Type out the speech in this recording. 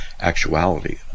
actuality